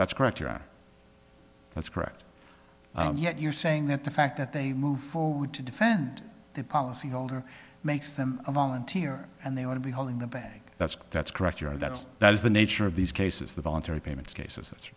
that's correct that's correct yet you're saying that the fact that they move to defend the policy holder makes them a volunteer and they want to be holding the bag that's that's correct yeah that's that is the nature of these cases the voluntary payments cases that